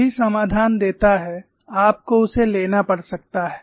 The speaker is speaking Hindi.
जो भी समाधान देता है आपको उसे लेना पड़ सकता है